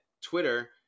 Twitter